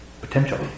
potential